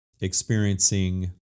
Experiencing